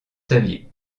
saviez